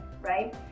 right